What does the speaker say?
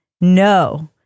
No